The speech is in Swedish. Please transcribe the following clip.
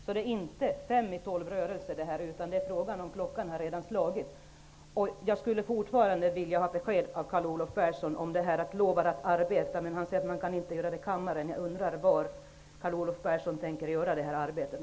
Det här är inte fråga om någon fem-i-tolv-rörelse, utan klockan har redan slagit. Jag skulle fortfarande vilja ha besked av Carl Olov Persson om det som han har lovat att arbeta för. Han säger att han inte kan göra det i kammaren. Jag undrar då var Carl Olov Persson tänker uträtta det arbetet.